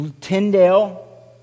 Tyndale